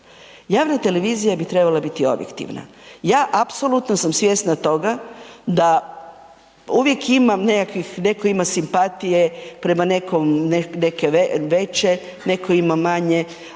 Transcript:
Javna televizija bi trebala biti objektivna. Ja apsolutno sam svjesna toga da uvijek imam nekakvih neko ima simpatije prema nekom neke veće, neko ima manje,